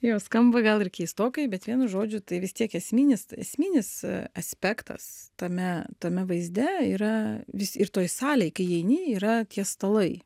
jo skamba gal ir keistokai bet vienu žodžiu tai vis tiek esminis esminis aspektas tame tame vaizde yra vis ir toj salėj kai įeini yra tie stalai